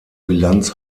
bilanz